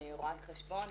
אני רואת חשבון,